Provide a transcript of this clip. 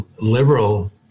liberal